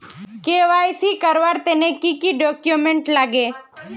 KYC करवार तने की की डॉक्यूमेंट लागे?